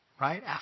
right